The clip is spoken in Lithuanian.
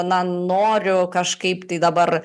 na noriu kažkaip tai dabar